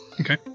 okay